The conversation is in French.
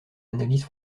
analyse